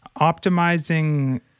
optimizing